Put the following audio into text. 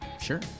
Sure